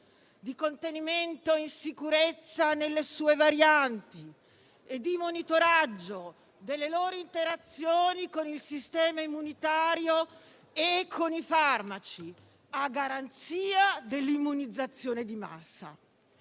di contenimento in sicurezza nelle sue varianti e di monitoraggio delle loro interazioni con il sistema immunitario e con i farmaci, a garanzia dell'immunizzazione di massa.